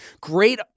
great